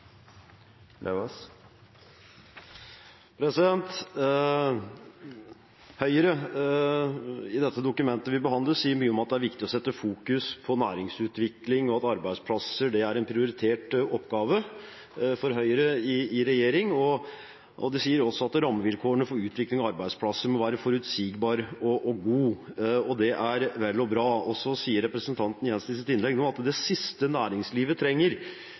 sier Høyre mye om at det er viktig å fokusere på næringsutvikling, og at arbeidsplasser er en prioritert oppgave for Høyre i regjering. De sier også at rammevilkårene for utvikling av arbeidsplasser må være forutsigbare og gode – og det er vel og bra. Så sier representanten Jenssen i sitt innlegg at det siste næringslivet